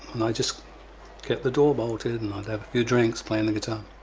and i just get the door bolted, and i'd have a few drinks playing the guitar.